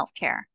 healthcare